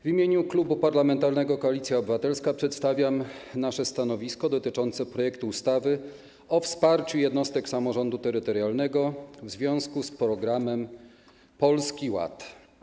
W imieniu Klubu Parlamentarnego Koalicja Obywatelska przedstawiam nasze stanowisko dotyczące projektu ustawy o wsparciu jednostek samorządu terytorialnego w związku z programem Polski Ład.